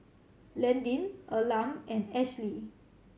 Landyn Elam and Ashlea